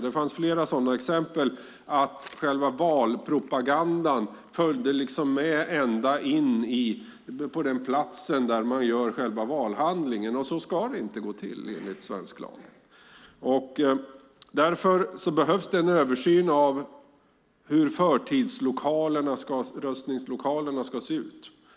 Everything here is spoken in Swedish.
Det fanns fler exempel där valpropagandan följde med ända fram till röstbåset, och så ska det inte gå till enligt svensk lag. Därför behövs en översyn av hur förtidsröstningslokalerna ska se ut.